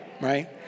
Right